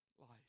life